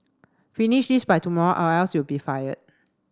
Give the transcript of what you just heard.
finish this by tomorrow or else you'll be fired